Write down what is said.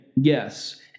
Yes